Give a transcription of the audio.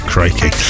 Crikey